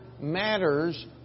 matters